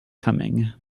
coming